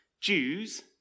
Jews